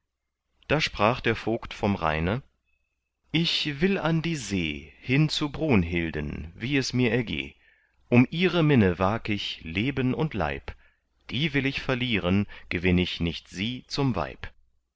da sprach der vogt vom rheine ich will an die see hin zu brunhilden wie es mir ergeh um ihre minne wag ich leben und leib die will ich verlieren gewinn ich nicht sie zum weib